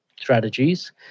strategies